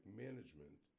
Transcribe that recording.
management